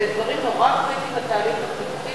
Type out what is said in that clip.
אלה דברים נורא קריטיים לתהליך החינוכי,